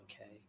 okay